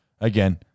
again